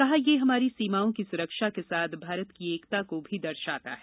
कहा यह हमारी सीमाओं की सुरक्षा के साथ भारत की एकता को भी दर्शाता है